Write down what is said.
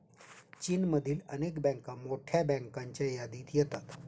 चीनमधील अनेक बँका मोठ्या बँकांच्या यादीत येतात